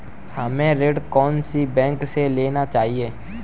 हमें ऋण कौन सी बैंक से लेना चाहिए?